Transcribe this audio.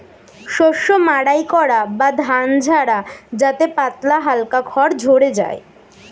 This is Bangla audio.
শস্য মাড়াই করা বা ধান ঝাড়া যাতে পাতলা হালকা খড় ঝড়ে যায়